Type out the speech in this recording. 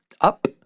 up